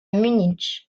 munich